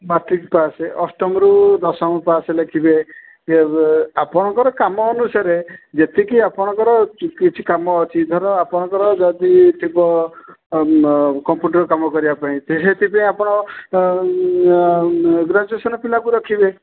matric pass ଅଷ୍ଟମରୁ ଦଶମ pass ଲେଖିବେ ଯେ ଆପଣଙ୍କର କାମ ଅନୁସାରେ ଯେତିକି ଆପଣଙ୍କର କିଛି କାମ ଅଛି ଧର ଆପଣଙ୍କର ଯଦି ଥିବ କମ୍ପ୍ୟୁଟର୍ କାମ କରିବା ପାଇଁ ତ ସେଥିପାଇଁ ଆପଣ ଗ୍ରାଜୁଏସନ୍ ପିଲାକୁ ରଖିବେ